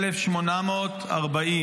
מעניין למה אף אחד לא רוצה אותם.